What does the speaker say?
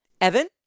Evan